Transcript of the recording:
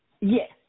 Yes